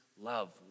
love